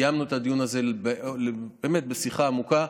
קיימנו את הדיון הזה באמת בשיחה עמוקה.